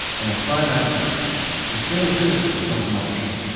on a finite planet sustainability is not an option,